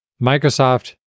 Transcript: Microsoft